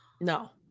No